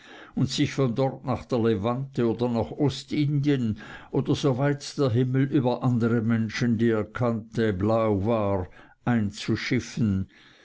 und sich von dort nach der levante oder nach ostindien oder so weit der himmel über andere menschen als die er kannte blau war einzuschiffen